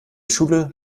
schule